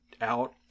out